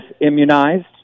Immunized